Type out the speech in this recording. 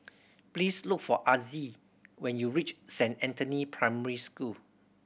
please look for Azzie when you reach Saint Anthony Primary School